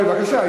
עיסאווי, בבקשה.